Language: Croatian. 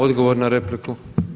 Odgovor na repliku.